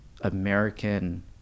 American